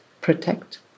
protect